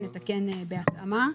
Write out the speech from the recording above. נתקן בהתאמה.